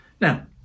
Now